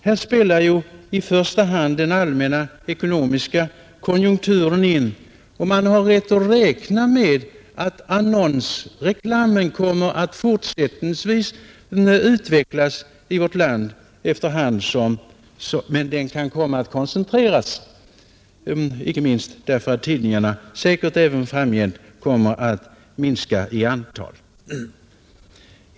Här spelar i första hand den allmänna ekonomiska konjunkturen in, och man har rätt att räkna med att annonsreklamen fortsättningsvis kommer att utvecklas i vårt land, Men den kan komma att koncentreras, icke minst därför att tidningarna säkert även framgent kommer att minska i antal.